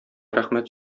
рәхмәт